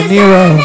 Nero